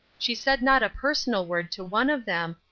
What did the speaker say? she said not a personal word to one of them,